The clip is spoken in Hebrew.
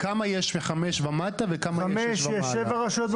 כמה יש מ-5 ומטה וכמה מ-6 ומעלה?